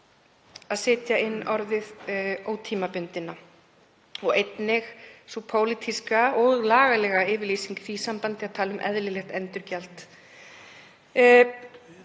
að setja inn orðið „ótímabundinna“, og einnig sú pólitíska og lagalega yfirlýsing í því sambandi að tala um eðlilegt endurgjald.